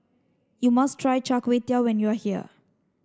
you must try Char Kway Teow when you are here